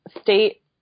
state